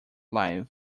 live